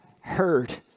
heard